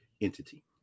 entity